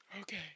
Okay